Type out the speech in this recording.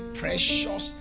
precious